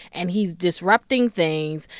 and he's disrupting things.